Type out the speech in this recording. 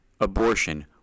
abortion